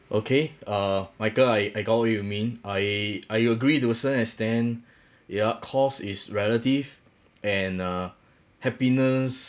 okay uh michael I I got what you mean I I agree to some extent ya cost is relative and uh happiness